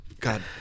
God